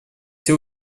все